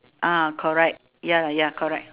ah correct ya ya correct